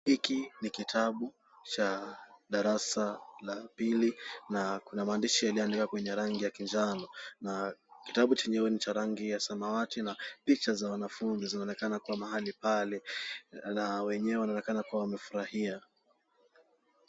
Hiki ni kitabu cha darasa la pili kuna mahandishi yaliyoandikwa kwa rangi ya kinjano na kitabu chenyewe ni cha rangi ya samawati na picha za wanafunzi zinaonekana kuwa mahali pale na wenyewe wanaonekana kuwa wamefurahia.